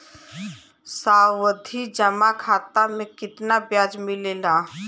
सावधि जमा खाता मे कितना ब्याज मिले ला?